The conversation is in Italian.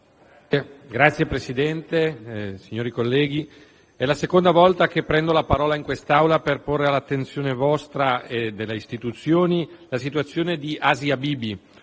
Signor Presidente, onorevoli colleghi, è la seconda volta che prendo la parola in quest'Aula per porre all'attenzione vostra e delle istituzioni la situazione di Asia Bibi.